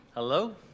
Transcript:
Hello